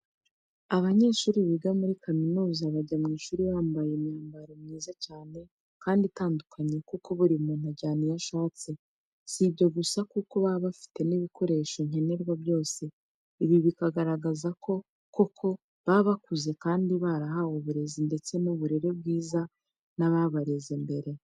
Abanyeshuri biga muri kaminuza bajya mu ishuri bambaye imyambaro myiza cyane kandi itandukanye kuko buri muntu ajyana iyo ashatse, si ibyo gusa kuko baba bafite n'ibikoresho nkenerwa byose. Ibi bikagaragaza ko koko baba bakuze kandi barahawe uburezi ndetse n'uburere bwiza n'ababareze mbere.